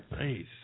Nice